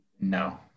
no